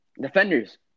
Defenders